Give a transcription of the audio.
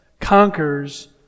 conquers